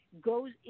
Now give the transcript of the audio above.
goes